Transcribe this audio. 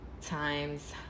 times